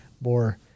more